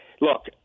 Look